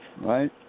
Right